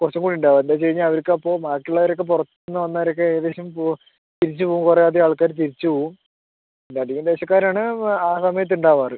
കുറച്ചുകൂടി ഉണ്ടാവുക എന്താണെന്ന് വെച്ച് കഴിഞ്ഞാൽ അവർക്കപ്പോൾ ബാക്കിയുള്ളവരൊക്കെ പുറത്തുനിന്നു വന്നവരൊക്കെ ഏകദേശം പോവും തിരിച്ചു പോകും കുറെ അധികം ആൾക്കാര് തിരിച്ചു പോകും അധികം ദേശക്കാരാണ് ആ സമയത്തു ഉണ്ടാവാറ്